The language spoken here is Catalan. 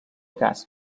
cas